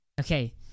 Okay